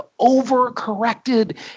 overcorrected